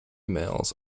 males